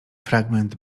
fragment